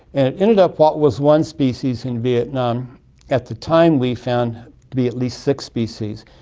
and it ended up what was one species in vietnam at the time we found to be at least six species.